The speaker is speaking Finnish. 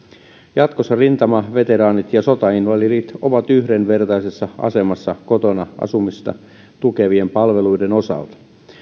jatkossa rintamaveteraanit ja sotainvalidit ovat yhdenvertaisessa asemassa kotona asumista tukevien palveluiden osalta